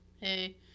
hey